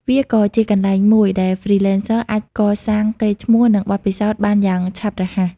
វាក៏ជាកន្លែងមួយដែល Freelancers អាចកសាងកេរ្តិ៍ឈ្មោះ និងបទពិសោធន៍បានយ៉ាងឆាប់រហ័ស។